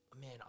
Man